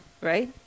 right